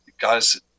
Guys